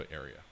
area